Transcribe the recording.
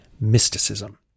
mysticism